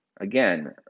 again